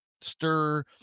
stir